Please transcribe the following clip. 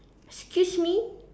excuse me